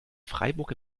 freiburg